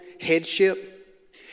headship